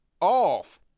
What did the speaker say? off